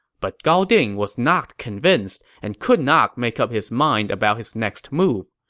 but gao ding was not convinced and could not make up his mind about his next move.